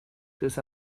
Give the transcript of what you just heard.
this